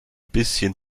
bisschen